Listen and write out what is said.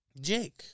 Jake